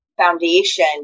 foundation